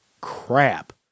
crap